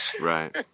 Right